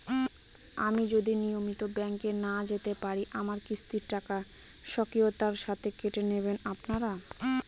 আমি যদি নিয়মিত ব্যংকে না যেতে পারি আমার কিস্তির টাকা স্বকীয়তার সাথে কেটে নেবেন আপনারা?